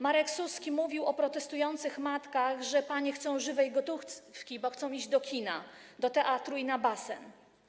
Marek Suski mówił o protestujących matkach, że panie chcą żywej gotówki, bo chcą iść do kina, do teatru i na basen.